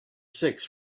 six